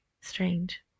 Strange